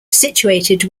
situated